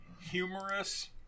humorous